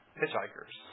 hitchhikers